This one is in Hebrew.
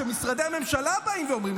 משרדי הממשלה באים ואומרים,